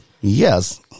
Yes